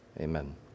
Amen